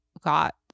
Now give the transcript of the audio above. got